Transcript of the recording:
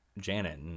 Janet